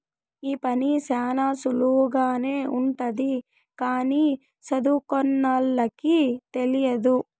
ఈ పని శ్యానా సులువుగానే ఉంటది కానీ సదువుకోనోళ్ళకి తెలియదు